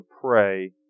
pray